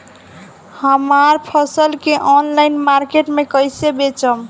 हमार फसल के ऑनलाइन मार्केट मे कैसे बेचम?